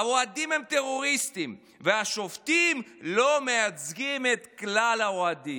האוהדים הם טרוריסטים והשופטים לא מייצגים את כלל האוהדים.